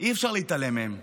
אי-אפשר להתעלם מהם.